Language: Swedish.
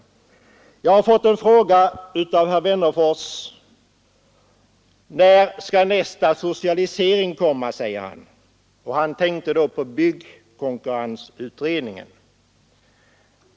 Herr Wennerfors har frågat mig när nästa socialisering skall komma. Han tänkte då på byggkonkurrensutredningen.